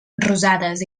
rosades